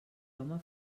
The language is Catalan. home